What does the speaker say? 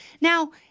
Now